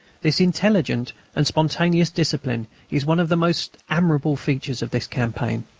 this intelligent and spontaneous discipline is one of the most admirable features of this campaign.